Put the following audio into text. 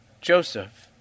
Joseph